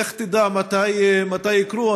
לך תדע מתי יקרו,